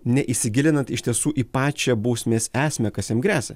neįsigilinant iš tiesų į pačią bausmės esmę kas jiem gresia